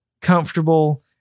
comfortable